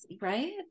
Right